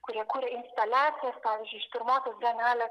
kurie kūrė instaliacijas pavyzdžiui iš pirmosios bienalės